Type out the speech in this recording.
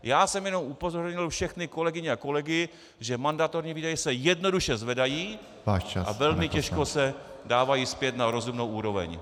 Já jsem jenom upozornil všechny kolegyně a kolegy, že mandatorní výdaje se jednoduše zvedají a velmi těžko se dávají zpět na rozumnou úroveň.